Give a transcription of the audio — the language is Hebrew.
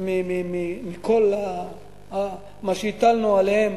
מכל מה שהטלנו עליהם.